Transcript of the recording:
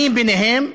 אני ביניהם,